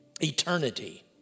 Eternity